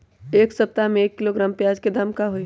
एक सप्ताह में एक किलोग्राम प्याज के दाम का होई?